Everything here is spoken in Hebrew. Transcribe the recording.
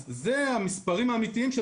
אז זה המספרים האמיתיים.